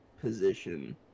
position